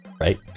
Right